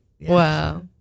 Wow